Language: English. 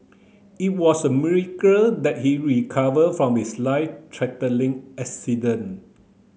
it was a miracle that he recover from his life threatening accident